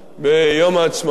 ביום העצמאות,